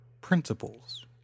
Principles